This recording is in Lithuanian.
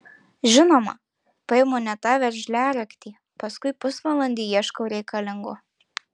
žinoma paimu ne tą veržliaraktį paskui pusvalandį ieškau reikalingo